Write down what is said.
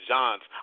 John's